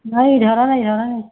নাই ধৰা নাই ধৰা নাই